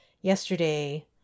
yesterday